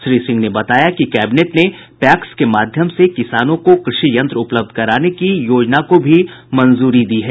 श्री सिंह ने बताया कि कैबिनेट ने पैक्स के माध्यम से किसानों को कृषि यंत्र उपलब्ध कराने की योजना को भी मंजूरी दी है